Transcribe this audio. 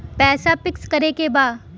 पैसा पिक्स करके बा?